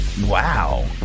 Wow